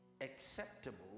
acceptable